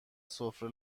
سفره